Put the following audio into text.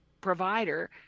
provider